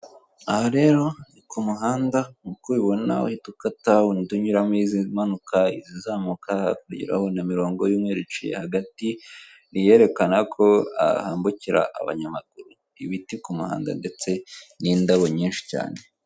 Aha rero ni ku muhanda nkuko ubibona uhita ukata undi unyuramo izimanuka, izizamuka hakurya urahabona imirongo y'umweru iciye hagati ni iyerekana ko hambukira abanyamaguru. Ibiti ku muhanda ndetse n'indabo nyinshi cyane.